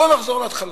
בוא ונחזור להתחלה,